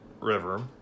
River